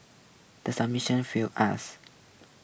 the summition failed us